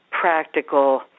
practical